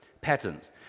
patterns